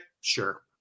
Sure